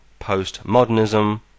postmodernism